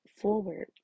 forward